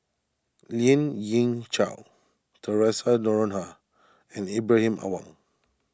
Lien Ying Chow theresa Noronha and Ibrahim Awang